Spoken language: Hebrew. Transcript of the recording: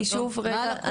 כי שוב, רגע.